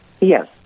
Yes